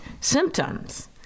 symptoms